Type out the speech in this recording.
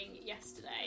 yesterday